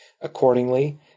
Accordingly